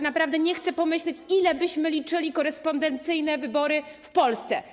Naprawdę nie chcę pomyśleć, ile byśmy liczyli korespondencyjne wybory w Polsce.